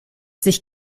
sich